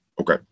Okay